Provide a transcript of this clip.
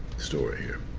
story here.